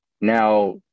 Now